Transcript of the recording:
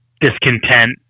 discontent